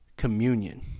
Communion